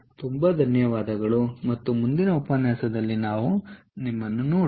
ತುಂಬಾ ಧನ್ಯವಾದಗಳು ಮತ್ತು ಮುಂದಿನ ಉಪನ್ಯಾಸದಲ್ಲಿ ನಿಮ್ಮನ್ನು ನೋಡುತ್ತೇನೆ